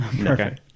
okay